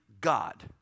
God